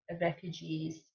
refugees